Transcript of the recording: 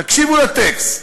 תקשיבו לטקסט: